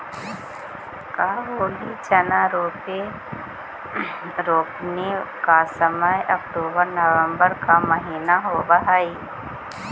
काबुली चना रोपने का समय अक्टूबर नवंबर का महीना होवअ हई